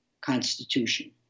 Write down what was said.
Constitution